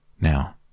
Now